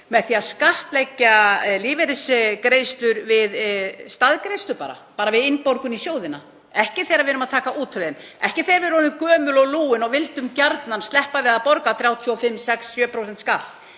með því að skattleggja lífeyrisgreiðslur við staðgreiðslu, við innborgun í sjóðina, ekki þegar við erum að taka út úr þeim, ekki þegar við erum orðin gömul og lúin og vildum gjarnan sleppa við að borga 35–37% skatt,